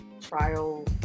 trial